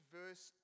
verse